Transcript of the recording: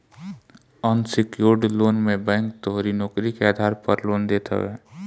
unsecured loan मे bank तोहरी नोकरी के आधार पअ लोन देत हवे